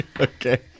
Okay